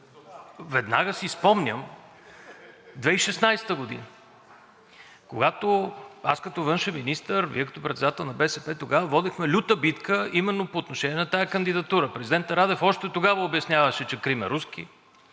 веднага си спомням 2016 г., когато аз като външен министър, Вие като председател на БСП, тогава водехме люта битка именно по отношение на тази кандидатура. Президентът Радев още тогава обясняваше, че Крим е руски,